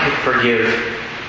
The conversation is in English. forgive